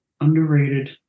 Underrated